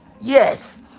Yes